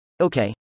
Okay